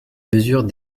mesure